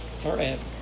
forever